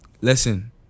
Listen